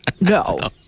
No